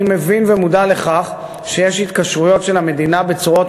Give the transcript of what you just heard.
אני מבין ומודע לכך שיש התקשרויות של המדינה בצורות